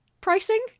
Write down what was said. pricing